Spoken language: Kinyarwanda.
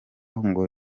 ngo